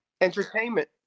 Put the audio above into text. entertainment